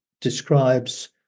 describes